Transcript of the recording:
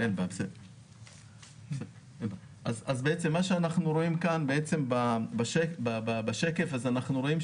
בעצם מה שאנחנו רואים כאן בשקף הזה,